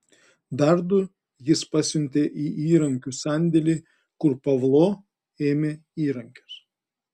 dar du jis pasiuntė į įrankių sandėlį kur pavlo ėmė įrankius